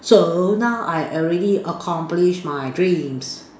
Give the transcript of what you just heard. so now I already accomplished my dreams